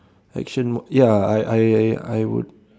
action m~ ya I I I would